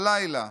הלילה,